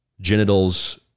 genitals